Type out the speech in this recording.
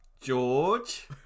George